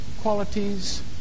qualities